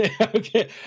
Okay